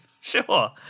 Sure